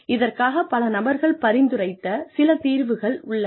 இதற்காகப் பல நபர்கள் பரிந்துரைத்த சில தீர்வுகள் உள்ளன